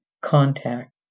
contact